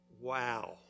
Wow